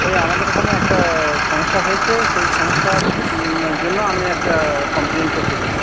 ওই আমাদের ওখানে একটা সমস্যা হয়েছে সেই সমস্যা জন্য আমি একটা কমপ্লেইন করতে চাই